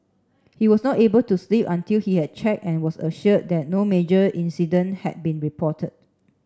he was not able to sleep until he had checked and was assured that no major incident had been reported